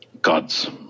gods